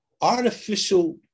artificial